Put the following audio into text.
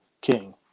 King